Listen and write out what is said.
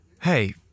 Hey